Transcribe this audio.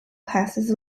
passes